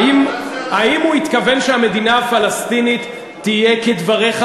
האם הוא התכוון שהמדינה פלסטינית תהיה כדבריך,